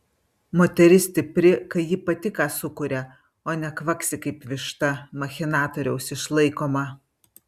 moteris stipri kai ji pati ką sukuria o ne kvaksi kaip višta machinatoriaus išlaikoma